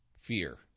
fear